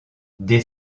dès